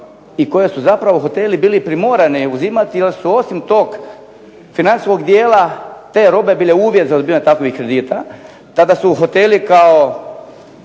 i koje su zapravo hoteli bili primorani uzimati, jer su osim tog financijskog dijela te robe bile uvjet za …/Govornik se ne razumije./… takvih kredita. Tada su hoteli kao